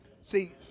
See